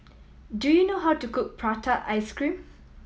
do you know how to cook prata ice cream